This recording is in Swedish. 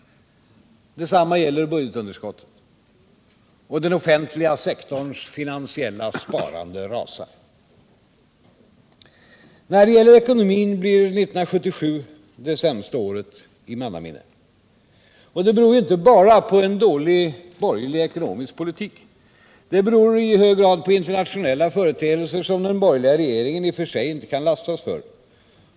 Detsamma gäller budgetunderskottet. Den offentliga sektorns finansiella sparande rasar. När det gäller ekonomin blir 1977 det sämsta året i mannaminne. Detta beror inte bara på en dålig borgerlig ekonomisk politik. Det beror också i hög grad på internationella företeelser som den borgerliga regeringen i och för sig inte kan lastas för.